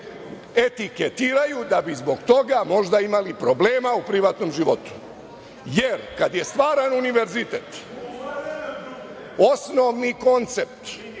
etiketiraju da bi zbog toga možda imali problema u privatnom životu, jer kada je stvaran Univerzitet osnovni koncept